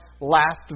last